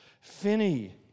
Finney